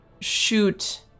...shoot